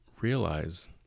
realize